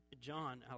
John